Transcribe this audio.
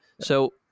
So-